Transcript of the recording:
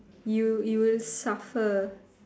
you you will suffer